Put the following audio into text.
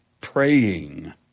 praying